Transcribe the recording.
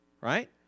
Right